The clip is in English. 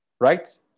Right